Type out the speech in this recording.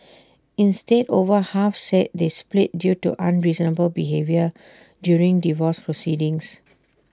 instead over half said they split due to unreasonable behaviour during divorce proceedings